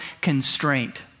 constraint